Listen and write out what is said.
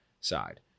side